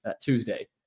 Tuesday